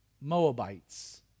Moabites